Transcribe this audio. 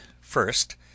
first